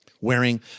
Wearing